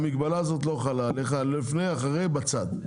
כי המגבלה הזאת לא חלה עליך לפני, אחרי, בצד.